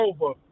over